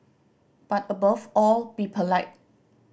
but above all be polite